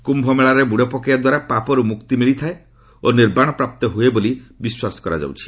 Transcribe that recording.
କ୍ୟୁମେଳାରେ ବୁଡ଼ ପକାଇବା ଦ୍ୱାରା ପାପରୁ ମୁକ୍ତି ମିଳିଥାଏ ଓ ନିର୍ବାଣପ୍ରାପ୍ତ ହୁଏ ବୋଲି ବିଶ୍ୱାସ କରାଯାଏ